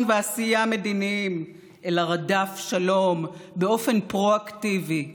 ועשייה מדיניים אלא רדף שלום באופן פרו-אקטיבי,